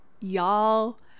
Y'all